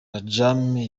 ramjaane